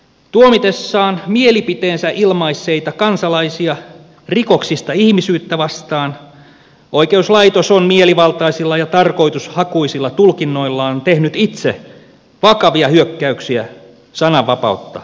tuomitessaan mielipiteensä ilmaisseita kansalaisia rikoksista ihmisyyttä vastaan oikeuslaitos on mielivaltaisilla ja tarkoitushakuisilla tulkinnoillaan tehnyt itse vakavia hyökkäyksiä sananvapautta vastaan